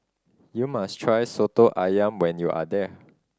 you must try Soto Ayam when you are there